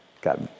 got